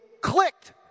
clicked